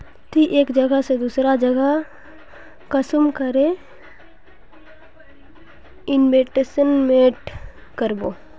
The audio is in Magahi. ती एक जगह से दूसरा जगह कुंसम करे इन्वेस्टमेंट करबो?